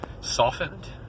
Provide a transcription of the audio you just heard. softened